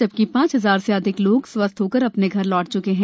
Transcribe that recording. जबकि पांच हजार से अधिक लोग स्वस्थ होकर अपने घर लौट चुके हैं